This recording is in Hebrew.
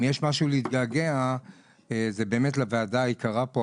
אם יש משהו להתגעגע אליו אז זה באמת לוועדה היקרה פה,